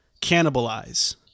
cannibalize